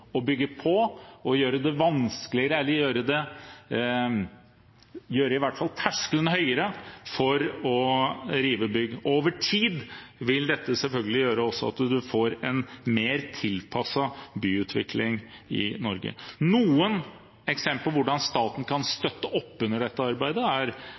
bygge på og gjøre det vanskeligere eller i hvert fall gjøre terskelen høyere for å rive bygg. Over tid vil dette selvfølgelig føre til at man også får en mer tilpasset byutvikling i Norge. Noen eksempler på hvordan staten kan støtte opp under dette arbeidet,